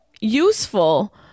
useful